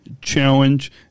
Challenge